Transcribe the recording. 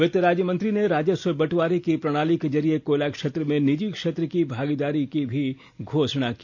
वित्त राज्यमंत्री ने राजस्व बंटवारे की प्रणाली के जरिए कोयला क्षेत्र में निजी क्षेत्र की भागीदारी की घोषणा भी की